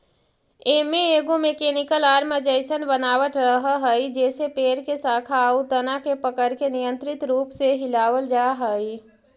एमे एगो mechanical arm जइसन बनावट रहऽ हई जेसे पेड़ के शाखा आउ तना के पकड़के नियन्त्रित रूप से हिलावल जा हई